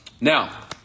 Now